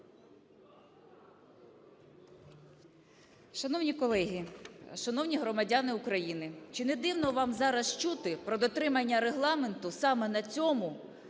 Шановні колеги, шановні громадяни України, чи не дивно вам зараз чути про дотримання Регламенту саме на цьому